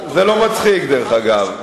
זה לא מצחיק, דרך אגב.